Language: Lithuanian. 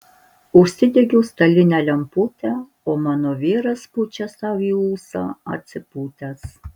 užsidegiau stalinę lemputę o mano vyras pučia sau į ūsą atsipūtęs